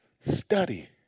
study